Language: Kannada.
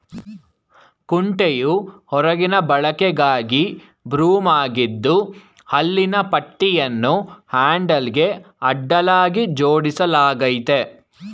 ಕುಂಟೆಯು ಹೊರಗಿನ ಬಳಕೆಗಾಗಿ ಬ್ರೂಮ್ ಆಗಿದ್ದು ಹಲ್ಲಿನ ಪಟ್ಟಿಯನ್ನು ಹ್ಯಾಂಡಲ್ಗೆ ಅಡ್ಡಲಾಗಿ ಜೋಡಿಸಲಾಗಯ್ತೆ